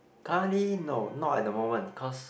currently no not at the moments cause